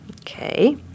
Okay